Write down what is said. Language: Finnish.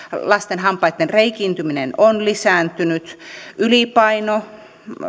lasten hampaitten reikiintyminen on lisääntynyt ylipaino